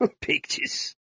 pictures